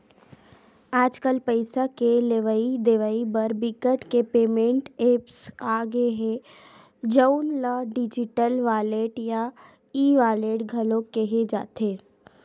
आजकल पइसा के लेवइ देवइ बर बिकट के पेमेंट ऐप्स आ गे हे जउन ल डिजिटल वॉलेट या ई वॉलेट घलो केहे जाथे